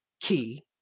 key